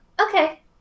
Okay